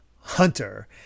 Hunter